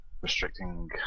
restricting